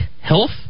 health